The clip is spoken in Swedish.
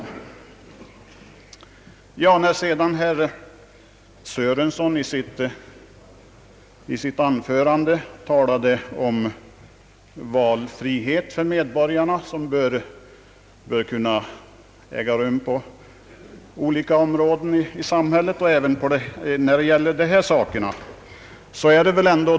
Herr Sörenson framhöll i sitt anförande att det bör finnas valfrihet för medborgarna på olika områden i samhället och att detta bör gälla även i detta fall.